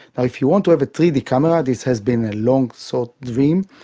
if you want to have a three d camera this has been a long sought dream,